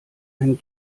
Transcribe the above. ein